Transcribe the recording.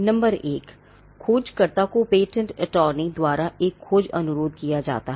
number एक खोजकर्ता को पेटेंट अटॉर्नी द्वारा एक खोज अनुरोध किया जाता है